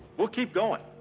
we'll keep going.